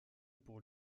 pour